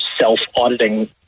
self-auditing